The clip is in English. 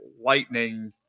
lightning